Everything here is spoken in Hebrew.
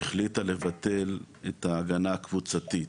החליטה לבטל את ההגנה הקבוצתית.